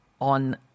on